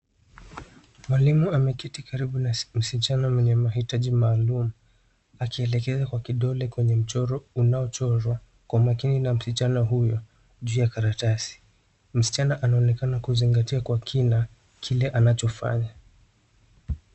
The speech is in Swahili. Mwalimu ameketi karibu na msichana mwenye mahitaji maalum akielekeza kwa kidole kwenye mchoro unaochorwa kwa makini na msichana huyo juu ya karatasi. Msichana anaonekana kuzingatia kwa kina kile anachofanya.